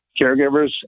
caregivers